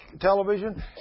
television